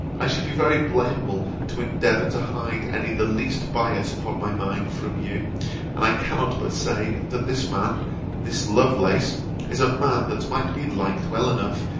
i should be very blamable to endeavour to hide any the least bias upon my mind, from you and i cannot but say that this man this lovelace is a man that might be liked well enough,